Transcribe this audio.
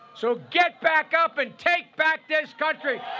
so get back up and take back this country!